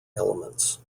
elements